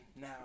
now